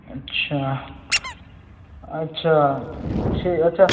अच्छा अच्छा ठीक अच्छा